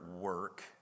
work